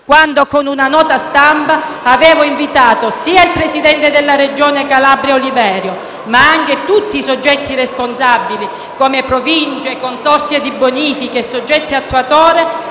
quando, con una nota stampa, avevo invitato sia il presidente della Regione Calabria Oliverio, ma anche tutti i soggetti responsabili, come Province, consorzi di bonifica e soggetti attuatori,